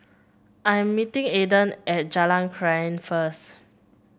I am meeting Aidan at Jalan Krian first